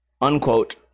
unquote